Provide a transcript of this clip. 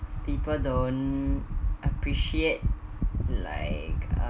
people don't appreciate like uh